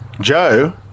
Joe